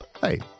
Hey